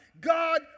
God